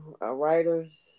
writers